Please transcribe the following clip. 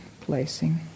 placing